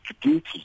duty